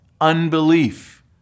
Unbelief